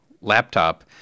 laptop